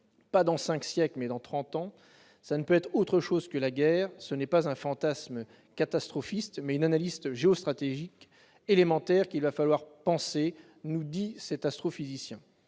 pas dans cinq siècles, dans trente ans ! Cela ne peut être autre chose que la guerre ; ce n'est pas un fantasme catastrophiste, mais une analyse géostratégique élémentaire qu'il va falloir penser, nous dit cet astrophysicien.